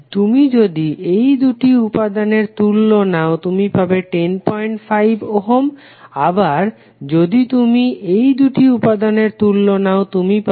তুমি যদি এই দুটি উপাদানের তুল্য নাও তুমি পাবে 105 ওহম এবং আবার তুমি যদি এই দুটি উপাদানের তুল্য নাও তুমি পাবে 21 ওহম